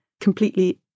completely